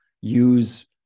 use